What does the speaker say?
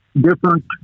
different